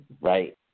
Right